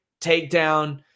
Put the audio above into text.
takedown